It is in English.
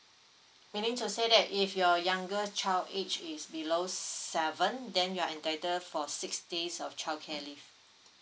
meaning to say that if your younger child age is below seven then you are entitled for six days of childcare leave